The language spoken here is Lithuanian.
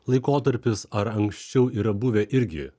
laikotarpis ar anksčiau yra buvę irgi